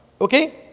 Okay